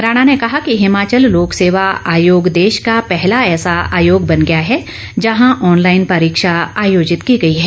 राणा ने कहा कि हिमाचल लोकसेवा आयोग देश का पहला ऐसा आयोग बन गया है जहां ऑनलाइन परीक्षा आयोजित की गई है